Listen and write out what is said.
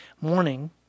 morning